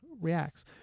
reacts